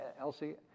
Elsie